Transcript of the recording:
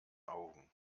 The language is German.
augen